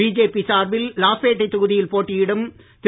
BJP சார்பில் லாஸ்பேட்டை தொகுதியில் போட்டியிடும் திரு